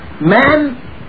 Man